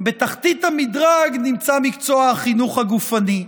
בתחתית המדרג נמצא מקצוע החינוך הגופני.